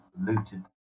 looted